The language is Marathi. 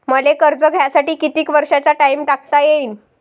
मले कर्ज घ्यासाठी कितीक वर्षाचा टाइम टाकता येईन?